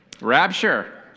Rapture